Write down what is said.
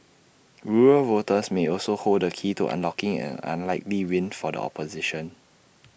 rural voters may also hold the key to unlocking an unlikely win for the opposition